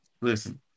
Listen